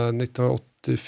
1984